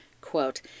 quote